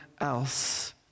else